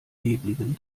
nebeligen